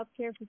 healthcare